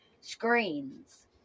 screens